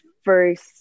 first